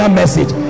message